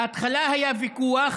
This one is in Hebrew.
בהתחלה היה ויכוח